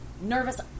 nervous